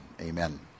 amen